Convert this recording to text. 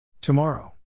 Tomorrow